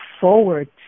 forward